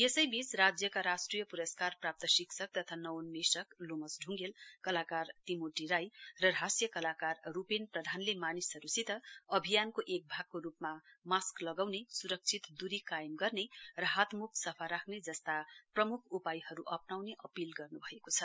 यसैवीच राज्यका राष्ट्रिय प्रस्कार प्राप्त शिक्षक तथा नवोन्मेषक लोमस ढ्ङ्गेल कलाकर तिमोटी राई र हास्य कलाकार रूपेन प्रधानले मानिसहरूसित अभियानको एक भागको रूपमा मास्क लगाउने सुरक्षित दूरी कायम गर्ने र हात मुख सफा राख्ने जस्ता प्रम्ख उपायहरू अप्नाउने अपील गर्न्भएको छ